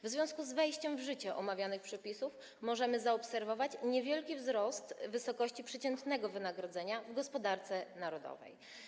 W związku z wejściem w życie omawianych przepisów możemy zaobserwować niewielki wzrost wysokości przeciętnego wynagrodzenia w gospodarce narodowej.